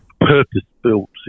purpose-built